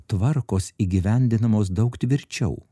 tvarkos įgyvendinamos daug tvirčiau